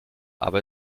aber